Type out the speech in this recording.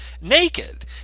Naked